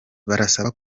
barasaba